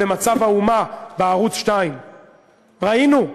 "מצב האומה" בערוץ 2. ראינו,